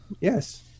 Yes